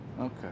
Okay